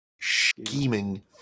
Scheming